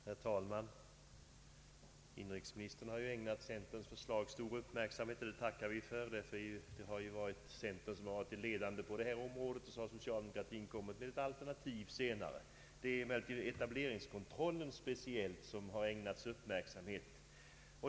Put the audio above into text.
Herr talman! Inrikesministern har ägnat centerns förslag stor uppmärksamhet, och de tackar vi för. Centern har ju varit ledande på det här området, och sedan har socialdemokratin kommit med ett alternativ. Det är speciellt etableringskontrollen som har ägnats uppmärksamhet.